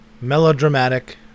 melodramatic